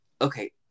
Okay